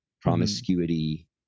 promiscuity